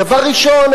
דבר ראשון,